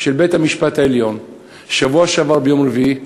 של בית-המשפט העליון בשבוע שעבר ביום רביעי,